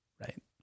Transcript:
right